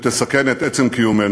שתסכן את עצם קיומנו.